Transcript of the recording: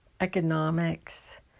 economics